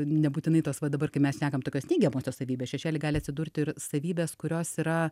nebūtinai tos va dabar kai mes šnekam tokios neigiamosios savybės šešėly gali atsidurti ir savybės kurios yra